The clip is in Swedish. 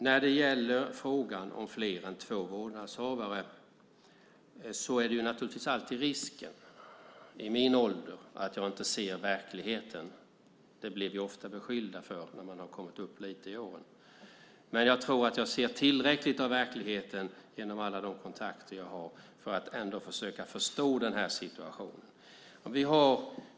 När det gäller frågan om fler än två vårdnadshavare är det naturligtvis alltid en risk att man i min ålder inte ser verkligheten. Det blir man ofta beskylld för när man kommit upp lite i åren. Men jag tror att jag ser tillräckligt av verkligheten genom alla de kontakter jag har för att ändå försöka förstå den här situationen.